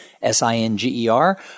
S-I-N-G-E-R